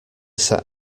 set